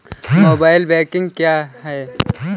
Mobile banking क्या है?